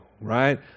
right